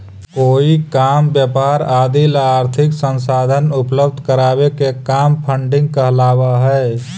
कोई काम व्यापार आदि ला आर्थिक संसाधन उपलब्ध करावे के काम फंडिंग कहलावऽ हई